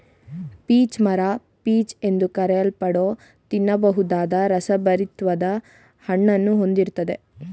peach ಮರ peach ಎಂದು ಕರೆಯಲ್ಪಡೋ ತಿನ್ನಬಹುದಾದ ರಸಭರಿತ್ವಾದ ಹಣ್ಣನ್ನು ಹೊಂದಿರ್ತದೆ